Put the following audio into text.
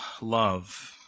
love